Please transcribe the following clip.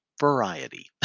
variety